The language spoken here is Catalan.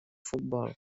futbol